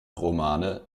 romane